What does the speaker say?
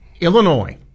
Illinois